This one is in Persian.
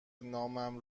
نامم